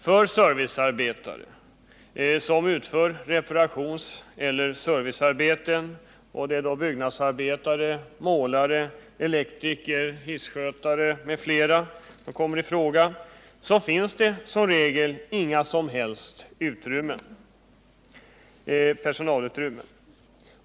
För servicearbetare som utför reparationseller servicearbeten — det gäller byggnadsarbetare, målare, elektriker, hisskötare m.fl. —- finns som regel inga som helst personalutrymmen.